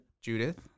Judith